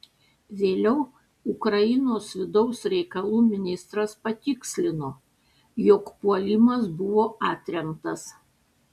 vėliau ukrainos vidaus reikalų ministras patikslino jog puolimas buvo atremtas